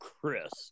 Chris